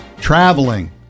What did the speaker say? Traveling